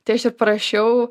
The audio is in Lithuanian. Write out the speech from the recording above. tai aš ir parašiau